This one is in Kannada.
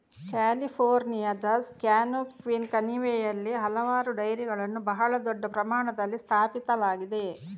ಕ್ಯಾಲಿಫೋರ್ನಿಯಾದ ಸ್ಯಾನ್ಜೋಕ್ವಿನ್ ಕಣಿವೆಯಲ್ಲಿ ಹಲವಾರು ಡೈರಿಗಳನ್ನು ಬಹಳ ದೊಡ್ಡ ಪ್ರಮಾಣದಲ್ಲಿ ಸ್ಥಾಪಿಸಲಾಗಿದೆ